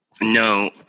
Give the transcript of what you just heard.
no